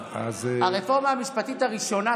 הרפורמה המשפטית הראשונה,